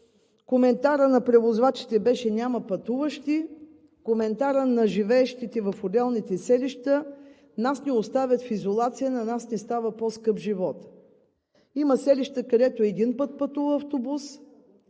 Коментарът на превозвачите беше: „Няма пътуващи.“ Коментарът на живеещите в отделните селища: „Нас ни оставят в изолация. На нас ни става по-скъп животът.“ Има селища, където един път пътува автобус,